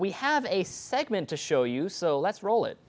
we have a segment to show you so let's roll it